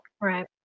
right